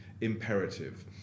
imperative